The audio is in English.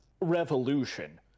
revolution